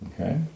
Okay